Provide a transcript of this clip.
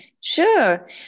Sure